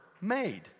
made